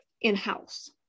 in-house